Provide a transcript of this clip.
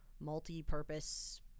multi-purpose